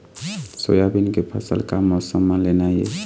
Soybean के फसल का मौसम म लेना ये?